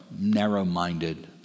narrow-minded